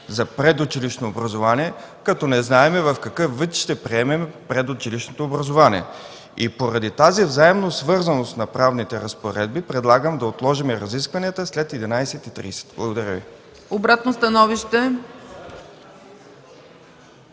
за предучилищно образование като не знаем в какъв вид ще приемем предучилищното образование. Поради тази взаимосвързаност на правните разпоредби, предлагам да отложим разискванията след 11,30 ч. Благодаря Ви. ПРЕДСЕДАТЕЛ